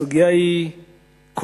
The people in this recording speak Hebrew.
הסוגיה היא כואבת.